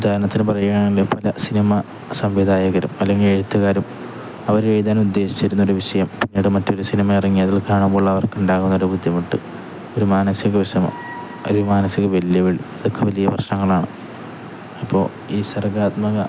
ഉദാഹരണത്തിനു പറയുകയാണെങ്കിൽ പല സിനിമാ സംവിധായകരും അല്ലെങ്കിൽ എഴുത്തുകാരും അവര് എഴുതാൻ ഉദ്ദേശിച്ചിരുന്ന ഒരു വിഷയം പിന്നീട് മറ്റൊരു സിനിമ ഇറങ്ങിയ അതിൽ കാണുമ്പോഴുള്ള അവർക്കുണ്ടാകുന്നൊരു ബുദ്ധിമുട്ട് ഒരു മാനസിക വിഷമം ഒരു മാനസിക വെല്ലുവിളി ഇതൊക്കെ വലിയ പ്രശ്നങ്ങളാണ് അപ്പോള് ഈ സർഗാത്മക